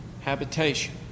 habitation